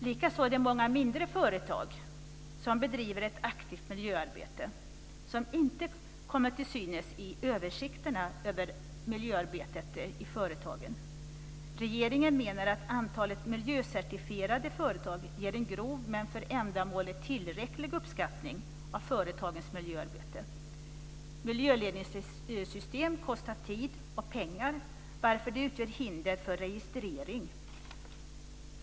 Likaså är det många mindre företag som bedriver ett aktivt miljöarbete som inte kommer till synes i översikterna över miljöarbetet i företagen. Regeringen menar, att antalet miljöcertifierade företag ger en grov men för ändamålet tillräcklig uppskattning av företagens miljöarbete. Miljöledningssystem kostar tid och pengar, varför det utgör hinder för registrering.